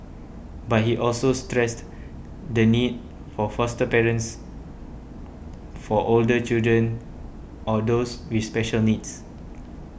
but he also stressed the need for foster parents for older children or those with special needs